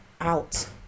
out